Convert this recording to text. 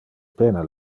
pena